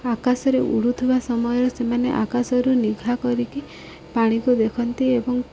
ଆକାଶରେ ଉଡ଼ୁଥିବା ସମୟରେ ସେମାନେ ଆକାଶରୁ ନିଘା କରିକି ପାଣିକୁ ଦେଖନ୍ତି ଏବଂ